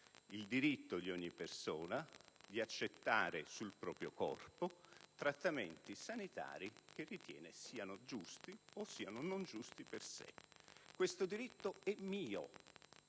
il diritto di ogni persona di accettare sul proprio corpo trattamenti sanitari che essa ritiene giusti o ingiusti per sé. Questo diritto è mio,